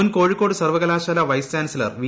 മുൻ കോഴിക്കോട് സർവകലാശാല vice chancellor V